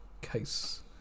case